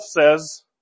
says